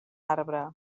arbre